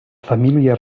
família